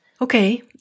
Okay